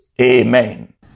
Amen